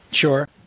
Sure